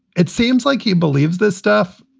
it seems like he believes this stuff.